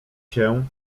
się